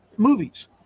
movies